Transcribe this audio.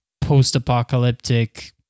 post-apocalyptic